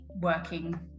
working